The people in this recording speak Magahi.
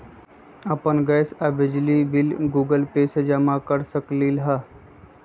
अपन गैस और बिजली के बिल गूगल पे से जमा कर सकलीहल?